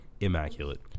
immaculate